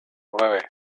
nueve